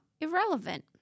irrelevant